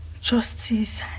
Justice